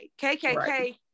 KKK